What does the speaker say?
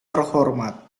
terhormat